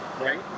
right